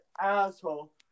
asshole